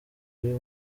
y’uyu